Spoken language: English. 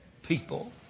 people